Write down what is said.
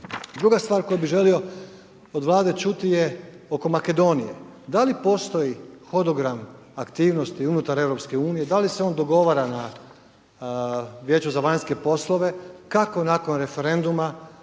Druga stvar koju bih želio od Vlade čuti je oko Makedonije. Da li postoji hodogram aktivnosti unutar EU, da li se on dogovara na Vijeću za vanjske poslove, kako nakon referenduma,